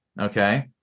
okay